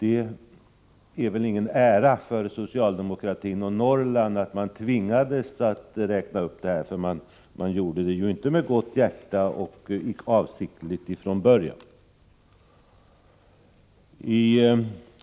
Det är väl ingen ära för socialdemokratin och dess politik när det gäller Norrland att man tvingades till den här uppräkningen. Man gjorde det inte med gott hjärta, och man hade inte från början för avsikt att göra det.